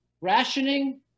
rationing